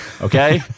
Okay